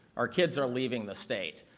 our kids are leaving the state.